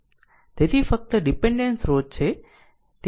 તેથી ફક્ત ડીપેન્ડેન્ટ સ્રોત છે